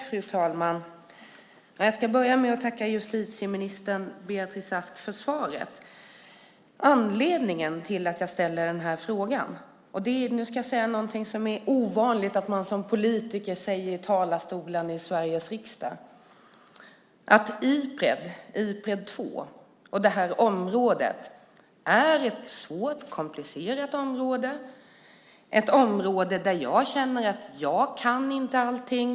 Fru talman! Jag ska börja med att tacka justitieminister Beatrice Ask för svaret. Nu ska jag säga något som det är ovanligt att en politiker säger från talarstolen i Sveriges riksdag: Anledningen till att jag ställer den här frågan är att Ipred, Ipred 2 och det här området är ett svårt och komplicerat område - ett område där jag känner att jag inte kan allting.